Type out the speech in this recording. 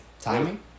Timing